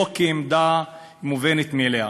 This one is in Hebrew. ולא כעמדה מובנת מאליה.